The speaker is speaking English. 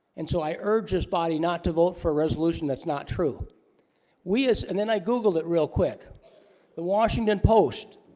and so i urge this body not to vote for a resolution that's not true we is and then i googled it real quick the washington post